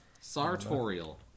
Sartorial